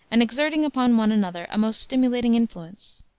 and exerting upon one another a most stimulating influence.